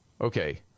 Okay